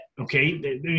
Okay